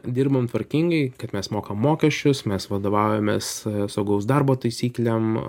dirbam tvarkingai kad mes mokam mokesčius mes vadovaujamės saugaus darbo taisyklėm